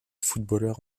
footballeur